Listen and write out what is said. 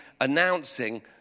announcing